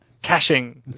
Caching